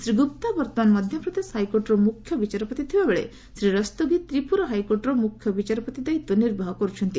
ଶ୍ରୀ ଗୁପ୍ତା ବର୍ତ୍ତମାନ ମଧ୍ୟପ୍ରଦେଶ ହାଇକୋର୍ଟର ମୁଖ୍ୟ ବିଚାରପତି ଥିବାବେଳେ ଶ୍ରୀ ରସ୍ତୋଗି ତ୍ରିପୁରା ହାଇକୋର୍ଟର ମୁଖ୍ୟ ବିଚାରପତି ଦାୟିତ୍ୱ ନିର୍ବାହ କରୁଛନ୍ତି